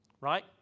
Right